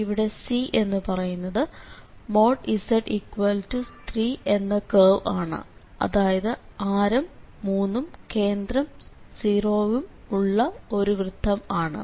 ഇവിടെ C എന്നു പറയുന്നത് z3 എന്ന കേർവ് ആണ് അതായത് ആരo 3 ഉം കേന്ദ്രം 0 വും ഉള്ള ഒരു വൃത്തം ആണ്